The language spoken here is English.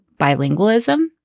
bilingualism